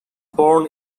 born